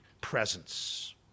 presence